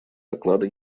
доклады